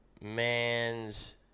Man's